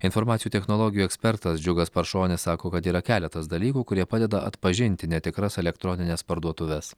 informacijų technologijų ekspertas džiugas paršonis sako kad yra keletas dalykų kurie padeda atpažinti netikras elektronines parduotuves